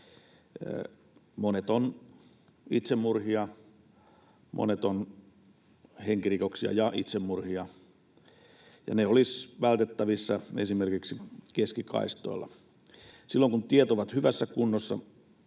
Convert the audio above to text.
Monet ovat itsemurhia, monet ovat henkirikoksia ja itsemurhia, ja ne olisivat vältettävissä esimerkiksi keskikaistoilla. Silloin kun tiet ovat hyvässä kunnossa,